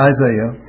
Isaiah